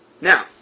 Now